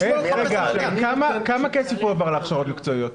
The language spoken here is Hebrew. כמה כסף, הועבר להכשרות מקצועיות?